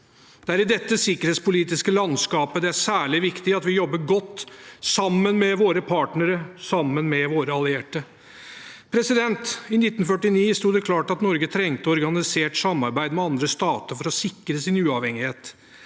Det er i dette sikkerhetspolitiske landskapet det er særlig viktig at vi jobber godt sammen med våre partnere og allierte. I 1949 sto det klart at Norge trengte organisert samarbeid med andre stater for å sikre sin uavhengighet.